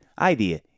Idea